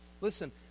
Listen